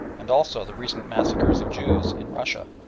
and also the recent massacres of jews in russia.